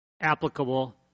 applicable